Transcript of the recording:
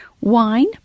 wine